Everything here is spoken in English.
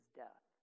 death